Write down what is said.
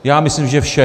Já myslím, že všeho!